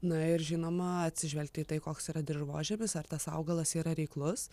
na ir žinoma atsižvelgti į tai koks yra dirvožemis ar tas augalas yra reiklus